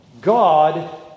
God